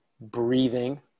breathing